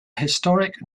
historic